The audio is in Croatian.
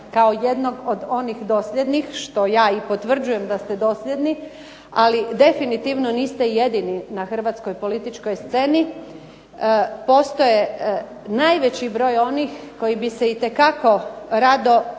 kao jednog od onih dosljednih, što ja i potvrđujem da ste dosljedni, ali definitivno niste jedini na političkoj hrvatskoj sceni. Postoje najveći broj onih koji bi se itekako rado uključili